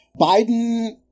Biden